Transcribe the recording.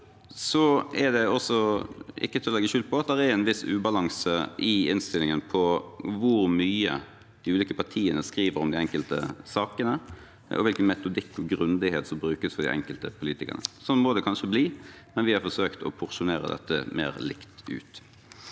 Det er ikke til å legge skjul på at det er en viss ubalanse i innstillingen når det gjelder hvor mye de ulike partiene skriver om de enkelte sakene, og hvilken metodikk og grundighet som brukes for de enkelte politikerne. Slik må det kanskje bli, men vi har forsøkt å porsjonere ut dette mer likt.